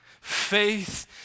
Faith